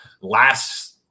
last